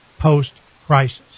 post-crisis